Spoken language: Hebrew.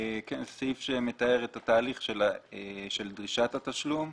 סעיף שמתאר את התהליך של דרישת התשלום.